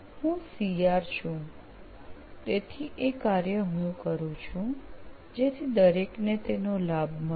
હું C R CR વર્ગ પ્રતિનિધિ છું તેથી એ કાર્ય હું કરું છું જેથી દરેકને તેનો લાભ મળે